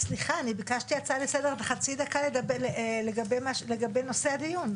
סליחה, ביקשתי הצעה לסדר לגבי נושא הדיון.